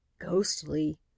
Ghostly